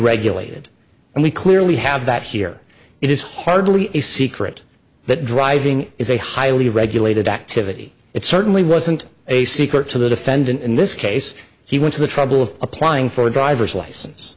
regulated and we clearly have that here it is hardly a secret that driving is a highly regulated activity it certainly wasn't a secret to the defendant in this case he went to the trouble of applying for a driver's licen